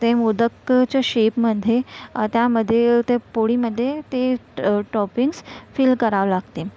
ते मोदकच्या शेपमध्ये त्यामध्ये ते पोळीमध्ये ते टॉपिंगस फिल करावं लागते